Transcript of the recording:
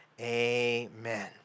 amen